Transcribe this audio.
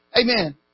amen